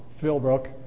Philbrook